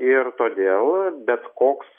ir todėl bet koks